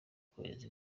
kohereza